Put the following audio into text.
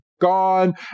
gone